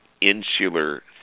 insular